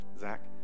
Zach